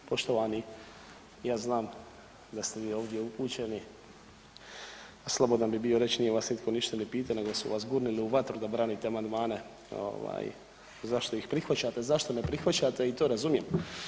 Poštovani ja znam da ste vi ovdje upućeni, slobodan bi bio reći nije vas nitko ništa ni pitao nego su vas gurnuli u vatru da branite amandmane ovaj zašto ih prihvaćate, zašto ne prihvaćate i to razumijem.